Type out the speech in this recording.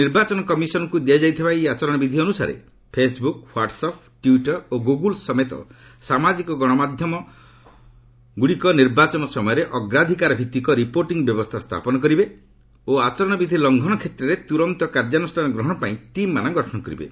ନିର୍ବାଚନ କମିଶନ୍କୁ ଦିଆଯାଇଥିବା ଏହି ଆଚରଣ ବିଧି ଅନୁସାରେ ଫେସ୍ବୁକ୍ ହ୍ୱାଟସ୍ ଆପ୍ ଟ୍ୱିଟର୍ ଓ ଗୁଗୁଲ୍ ସମେତ ସାମାଜିକ ଗଣମାଧ୍ୟମ ସଙ୍ଗଠନଗୁଡ଼ିକ ନିର୍ବାଚନ ସମୟରେ ଅଗ୍ରାଧକାରଭିଭିକ ରିପୋର୍ଟିଂ ବ୍ୟବସ୍ଥା ସ୍ଥାପନ କରିବେ ଓ ଆଚରଣ ବିଧି ଲଙ୍ଘନ କ୍ଷେତ୍ରରେ ତୁରନ୍ତ କାର୍ଯ୍ୟାନୁଷ୍ଠାନ ଗ୍ରହଣ ପାଇଁ ଟିମ୍ମାନ ଗଠନ କରିବେ